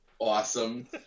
awesome